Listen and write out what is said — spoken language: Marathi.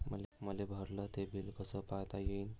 मले भरल ते बिल कस पायता येईन?